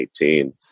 2018